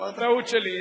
טעות שלי.